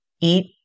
eat